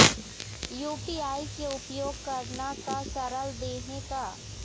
UPI के उपयोग करना का सरल देहें का?